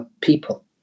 people